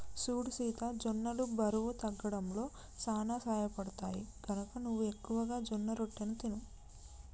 సూడు సీత జొన్నలు బరువు తగ్గడంలో సానా సహయపడుతాయి, గనక నువ్వు ఎక్కువగా జొన్నరొట్టెలు తిను